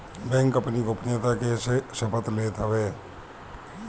bank अपनी गोपनीयता के शपथ लेत हवे